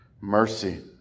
mercy